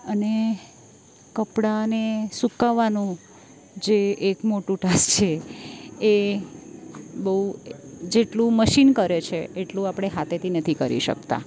અને કપડાંને સુકવાનો જે એક મોટું ઢાસ છે એ બહુ જેટલું મશીન કરે છે એટલું આપણે હાથેથી નથી કરી શકતા